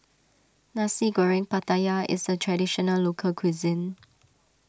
Nasi Goreng Pattaya is a Traditional Local Cuisine